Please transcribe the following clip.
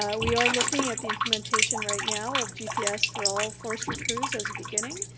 ah we are looking at the implementation right now of gps for all forestry crews as a beginning.